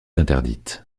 interdite